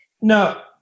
No